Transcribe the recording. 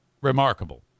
Remarkable